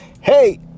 Hey